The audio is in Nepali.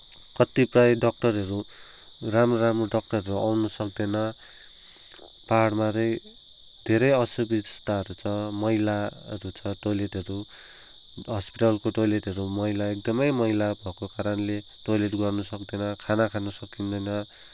कत्ति प्रायः डक्टरहरू राम्रो राम्रो डक्टरहरू आउन सक्दैन पाहाडमा चाहिँ धेरै असुविस्ताहरू छ मैलाहरू छ टोयलेटहरू हस्पिटलको टोयलेटहरू मैला एकदमै मैला भएको कारणले टोयलेट गर्न सक्दैनौँ खाना खान सकिँदैन